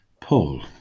Paul